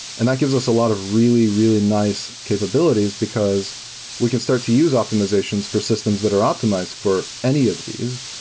and that gives us a lot of really, really nice capabilities, because we can start to use optimizations for systems that are optimized for any of these.